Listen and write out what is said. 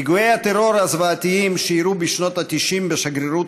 פיגועי הטרור הזוועתיים שאירעו בשנות ה-90 בשגרירות